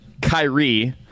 Kyrie